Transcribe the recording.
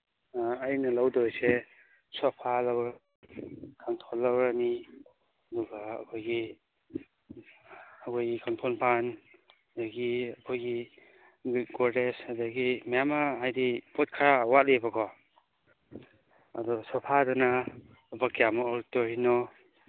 ꯑꯩꯅ ꯂꯧꯗꯧꯔꯤꯁꯦ ꯁꯣꯐꯥ ꯂꯧꯔꯅꯤ ꯀꯥꯡꯊꯣꯜ ꯂꯧꯔꯅꯤ ꯑꯗꯨꯒ ꯑꯩꯈꯣꯏꯒꯤ ꯑꯩꯈꯣꯏꯒꯤ ꯐꯝꯐꯝꯐꯥꯟ ꯑꯗꯨꯗꯒꯤ ꯑꯩꯈꯣꯏꯒꯤ ꯒꯣꯔꯗꯦꯖ ꯑꯗꯨꯗꯒꯤ ꯃꯌꯥꯝ ꯑꯃ ꯍꯥꯏꯗꯤ ꯄꯣꯠ ꯈꯔ ꯋꯥꯠꯂꯤꯕꯀꯣ ꯑꯗꯨ ꯁꯣꯐꯥꯗꯨꯅ ꯂꯨꯄꯥ ꯀꯌꯥꯃꯨꯛ ꯑꯣꯏꯔꯛꯇꯣꯏꯅꯣ